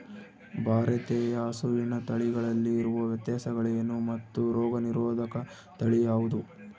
ಭಾರತೇಯ ಹಸುವಿನ ತಳಿಗಳಲ್ಲಿ ಇರುವ ವ್ಯತ್ಯಾಸಗಳೇನು ಮತ್ತು ರೋಗನಿರೋಧಕ ತಳಿ ಯಾವುದು?